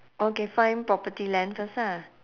okay find property land first ah